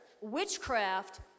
witchcraft